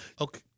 Okay